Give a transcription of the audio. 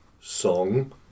song